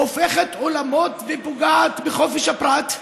הופכת עולמות ופוגעת בחופש הפרט,